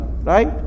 right